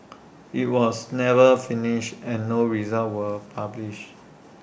IT was never finished and no results were published